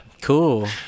Cool